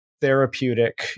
therapeutic